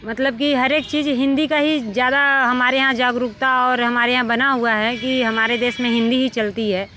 मतलब कि हर एक चीज हिंदी का ही ज़्यादा हमारे यहाँ जागरूकता और हमारे यहाँ बना हुआ है कि हमारे देश में हिंदी ही चलती है